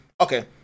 Okay